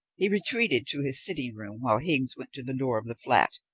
he retreated to his sitting-room while higgs went to the door of the flat.